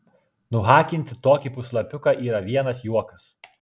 nuhakinti tokį puslapiuką yra vienas juokas